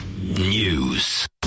News